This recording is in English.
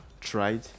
tried